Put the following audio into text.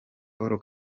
paul